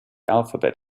alphabet